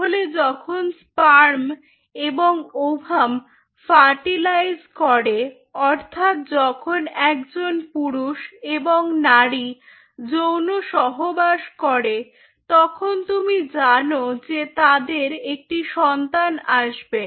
তাহলে যখন স্পার্ম এবং ওভাম্ ফার্টিলাইজ করে অর্থাৎ যখন একজন পুরুষ এবং নারী যৌন সহবাস করে তখন তুমি জানো যে তাদের একটি সন্তান আসবে